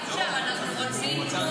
אני אישית דיברתי גם עם גפני.